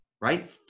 right